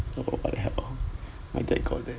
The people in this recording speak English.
oh what help on my dad got that